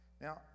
Now